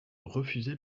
refuser